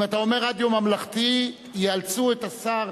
אם אתה אומר "רדיו ממלכתי", יאלצו את השר